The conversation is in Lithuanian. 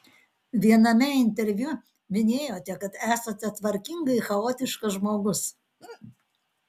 viename interviu minėjote kad esate tvarkingai chaotiškas žmogus